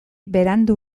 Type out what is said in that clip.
berandu